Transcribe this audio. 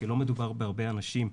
כי לא מדובר בהרבה אנשים,